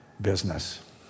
business